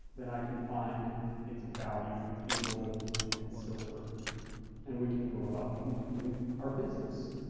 then i can find its value in gold and silver and we can go about conducting our business.